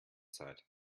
zeit